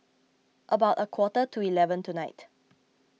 about a quarter to eleven tonight